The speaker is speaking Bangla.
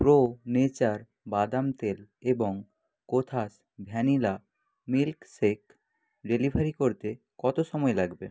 প্রো নেচার বাদাম তেল এবং কোথাস ভ্যানিলা মিল্কশেক ডেলিভারি করতে কত সময় লাগবে